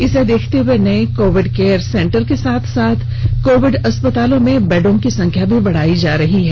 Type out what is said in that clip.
इसे देखते हुए नए कोविड केयर सेन्टर के साथ साथ कोविड अस्पतालों में बेडों की संख्या भी बढ़ाई जा रही है